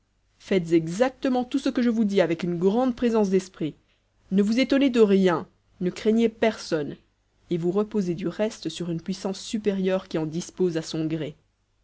faites exactement tout ce que je vous dis avec une grande présence d'esprit ne vous étonnez de rien ne craignez personne et vous reposez du reste sur une puissance supérieure qui en dispose à son gré